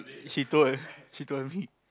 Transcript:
she told she told me